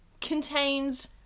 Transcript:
contains